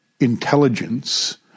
intelligence